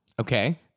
Okay